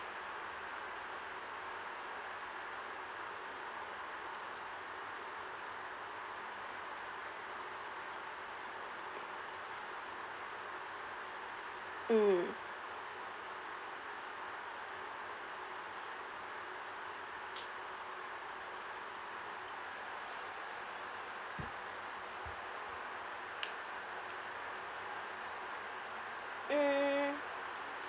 mm mm